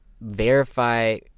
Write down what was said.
verify